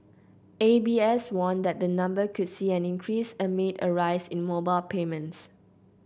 A B S warned that the number could see an increase amid a rise in mobile payments